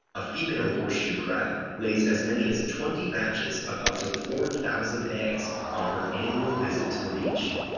a female horseshoe crab lays as many as twenty batches of up to four thousand eggs on her annual visit to the beach.